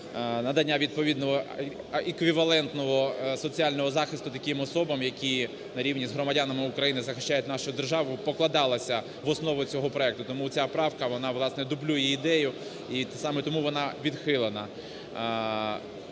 надання відповідного еквівалентного соціального захисту таким особам, які на рівні з громадянами України захищають нашу державу, покладалася в основу цього проекту. Тому ця правка вона, власне, дублює ідею, і саме тому вона відхилена.